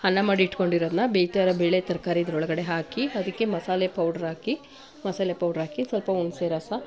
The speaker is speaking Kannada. ಅನ್ನ ಮಾಡಿಟ್ಕೊಂಡಿರೋದನ್ನ ಬೇಯ್ತಾಯಿರೋ ಬೇಳೆ ತರಕಾರಿ ಇದರೊಳಗಡೆ ಹಾಕಿ ಅದಕ್ಕೆ ಮಸಾಲೆ ಪೌಡ್ರ್ ಹಾಕಿ ಮಸಾಲೆ ಪೌಡ್ರ್ ಹಾಕಿ ಸ್ವಲ್ಪ ಹುಣಸೆ ರಸ